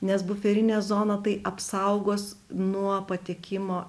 nes buferinė zona tai apsaugos nuo patekimo